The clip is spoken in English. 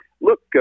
look